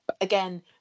again